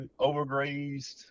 overgrazed